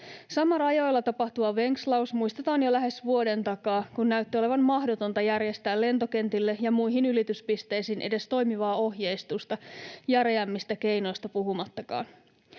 Sama rajoilla tapahtuva venkslaus muistetaan jo lähes vuoden takaa, kun näytti olevan mahdotonta järjestää lentokentille ja muihin ylityspisteisiin edes toimivaa ohjeistusta, järeämmistä keinoista puhumattakaan.